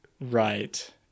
Right